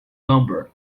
lumber